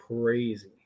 crazy